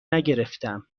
نگرفتم